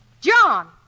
John